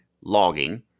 logging